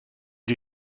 die